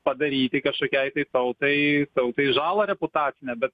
padaryti kažkokiai tai tautai tautai žalą reputacinę bet